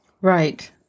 Right